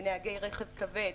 לנהגי רכב כבד,